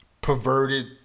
perverted